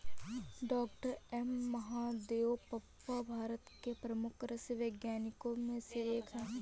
doctor M Mahadevappa Bharat के प्रमुख कृषि वैज्ञानिकों में से एक हैं